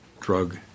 drug